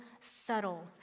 subtle